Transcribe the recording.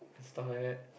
to stuff like that